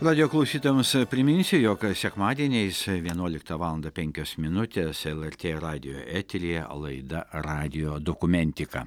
radijo klausytojams priminsiu jog sekmadieniais vienuoliktą valandą penkios minutės lrt radijo eteryje laida radijo dokumentika